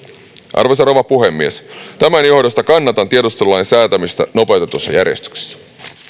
arvoisa rouva puhemies tämän johdosta kannatan tiedustelulain säätämistä nopeutetussa järjestyksessä